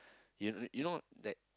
you you know like